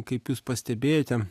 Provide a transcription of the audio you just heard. kaip jūs pastebėjote